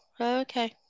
Okay